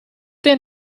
der